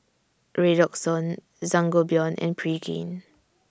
Redoxon Sangobion and Pregain